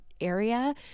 area